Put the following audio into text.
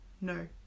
no